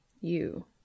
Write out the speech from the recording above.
You